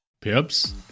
pips